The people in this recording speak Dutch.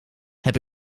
heb